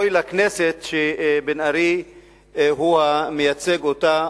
אוי לכנסת שבן-ארי הוא המייצג אותה,